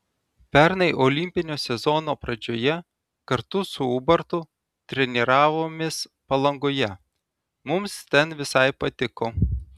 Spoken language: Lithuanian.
pernai olimpinio sezono pradžioje kartu su ubartu treniravomės palangoje mums ten visai patiko